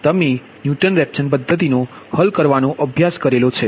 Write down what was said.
તમે Newton Raphson પદ્ધતિનો હલ કરવાનો અભ્યાસ કર્યો છે